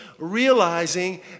realizing